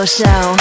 show